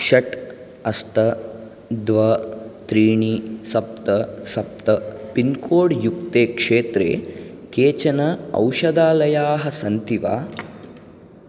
षट् अष्ट द्वे त्रीणि सप्त सप्त पिन्कोड्युक्ते क्षेत्रे केचन औषधालयाः सन्ति वा